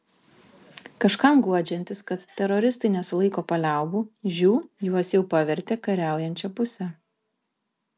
kažkam guodžiantis kad teroristai nesilaiko paliaubų žiū juos jau pavertė kariaujančia puse